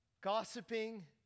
gossiping